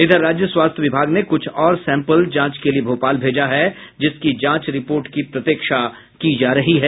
इधर राज्य स्वास्थ्य विभाग ने कुछ और सैंपल जांच के लिए भोपाल भेजा है जिसकी जांच रिपोर्ट की प्रतिक्षा की जा रही है